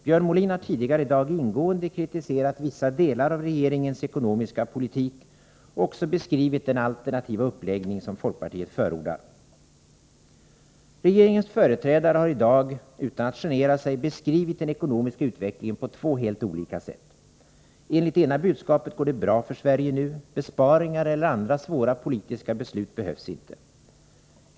Björn Molin har tidigare i dag ingående kritiserat vissa delar av regeringens ekonomiska politik och också beskrivit den alternativa uppläggning som folkpartiet förordar. Regeringens företrädare har i dag utan att genera sig beskrivit den ekonomiska utvecklingen på två helt olika sätt. Enligt det ena budskapet går det bra för Sverige nu. Besparingar eller andra svåra politiska beslut behövs inte.